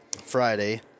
Friday